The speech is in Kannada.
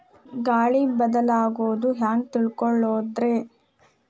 ಗಾಳಿ ಬದಲಾಗೊದು ಹ್ಯಾಂಗ್ ತಿಳ್ಕೋಳೊದ್ರೇ?